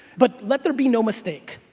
but let there be no mistake,